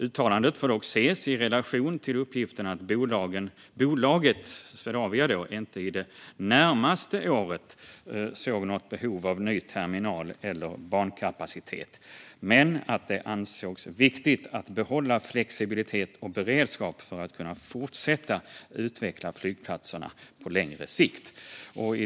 Uttalandet får dock ses i relation till uppgiften att bolaget Swedavia inte det närmaste året såg något behov av ny terminal eller bankapacitet, men att det ansågs viktigt att behålla flexibilitet och beredskap för att kunna fortsätta utveckla flygplatsen på längre sikt.